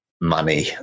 money